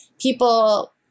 people